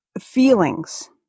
feelings